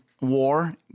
War